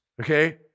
Okay